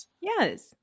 yes